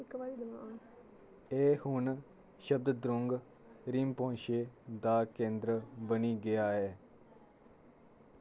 एह् हून शबद्रुंग रिम्पोछे दा केंदर बनी गेआ ऐ